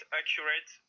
accurate